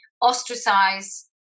ostracize